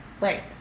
Right